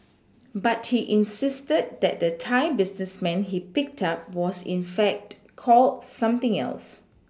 but he insisted that the Thai businessman he picked up was in fact called something else